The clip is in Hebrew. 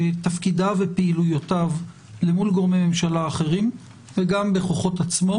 תפקידיו ופעילויותיו למול גורמי ממשלה אחרים וגם בכוחות עצמו.